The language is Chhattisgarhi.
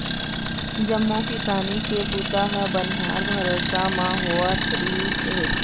जम्मो किसानी के बूता ह बनिहार भरोसा म होवत रिहिस हे